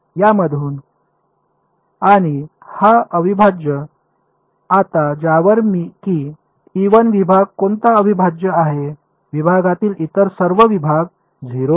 यामध्ये आणि हा अविभाज्य आता ज्यावर की विभाग कोणता अविभाज्य आहे विभागातील इतर सर्व विभाग 0 आहेत